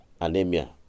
anemia